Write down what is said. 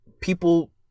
people